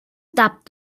doubt